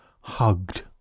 hugged